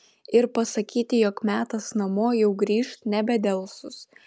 ir pasakyti jog metas namo jau grįžt nebedelsus